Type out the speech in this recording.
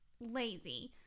lazy